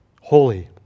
holy